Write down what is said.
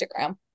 Instagram